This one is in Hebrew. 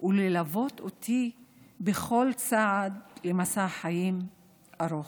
וללוות אותי בכל צעד למסע חיים ארוך.